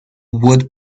would